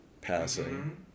passing